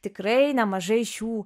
tikrai nemažai šių